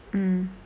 mm